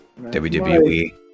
WWE